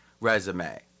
resume